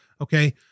Okay